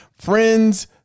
friends